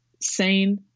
sane